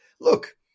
Look